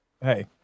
hey